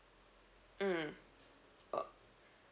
mm uh